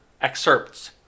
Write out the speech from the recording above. excerpts